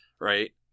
right